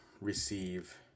receive